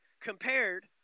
Compared